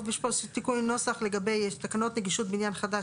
יש פה תיקון נוסח לגבי תקנות נגישות בניין חדש,